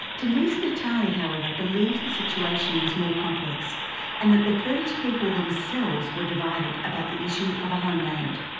denise natali however, believes the situation was more complex and that the kurdish people themselves were divided about the issue of a homeland.